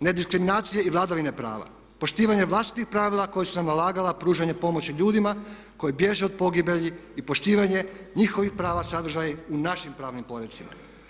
nediskriminacije i vladavine prava, poštivanje vlastitih pravila koja su nam nalagala pružanje pomoći ljudima koji bježe od pogibelji i poštivanje njihovih prava sadržanih u našim pravnim porecima.